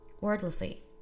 Wordlessly